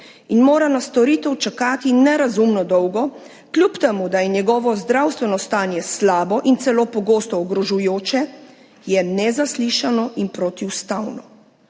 in mora na storitev čakati nerazumno dolgo, kljub temu da je njegovo zdravstveno stanje slabo in celo pogosto ogrožajoče, je nezaslišano in protiustavno.